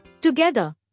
Together